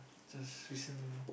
just recently lah